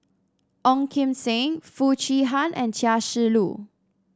Ong Kim Seng Foo Chee Han and Chia Shi Lu